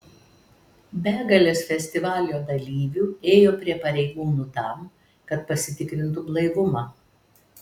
begalės festivalio dalyvių ėjo prie pareigūnų tam kad pasitikrintu blaivumą